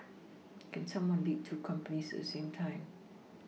can someone lead two companies at the same time